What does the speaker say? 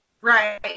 Right